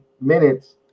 minutes